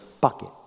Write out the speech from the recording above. bucket